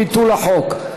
ביטול החוק),